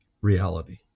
reality